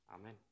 Amen